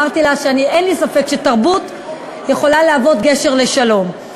אמרתי לה שאין לי ספק שתרבות יכולה להיות גשר לשלום.